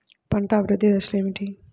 పంట అభివృద్ధి దశలు ఏమిటి?